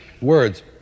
Words